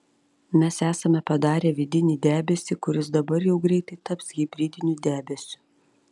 mes esame padarę vidinį debesį kuris dabar jau greitai taps hibridiniu debesiu